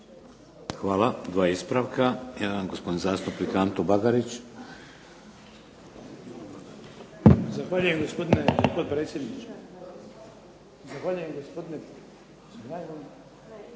Hvala. Dva ispravka. Jedan je gospodin zastupnik Ivan Bagarić. **Bagarić, Ivan (HDZ)** Zahvaljujem gospodine